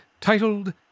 titled